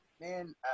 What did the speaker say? man